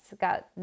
Got